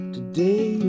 Today